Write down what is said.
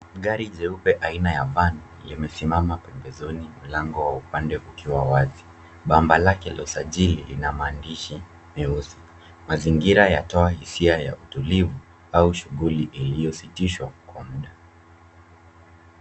Gari jeupe aina ya van limesimama pembezoni mlango wa upande ukiwa wazi. Bumper lake la usajili lina maandishi meusi. Mazingira yatoa hisia ya utulivu au shughuli iliyositishwa kwa muda.